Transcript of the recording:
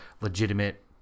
legitimate